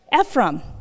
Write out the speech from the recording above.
Ephraim